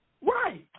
Right